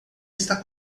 está